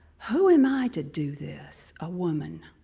who am i to do this, a woman